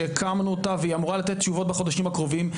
שהקמנו אותה והיא אמורה לתת תשובות בחודשים הקרובים,